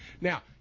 Now